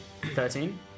Thirteen